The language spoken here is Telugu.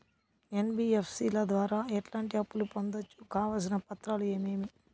ఎన్.బి.ఎఫ్.సి ల ద్వారా ఎట్లాంటి అప్పులు పొందొచ్చు? కావాల్సిన పత్రాలు ఏమేమి?